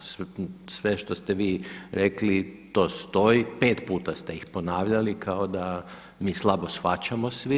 Sve što ste vi rekli to stoji, pet puta ste ih ponavljali kao da mi slabo shvaćamo svi.